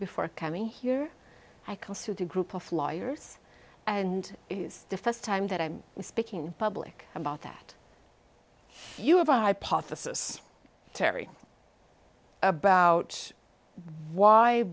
before coming here i can sue the group of lawyers and the st time that i'm speaking in public about that you have a hypothesis terry about why